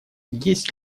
есть